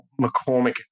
McCormick